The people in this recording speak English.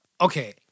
okay